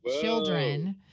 children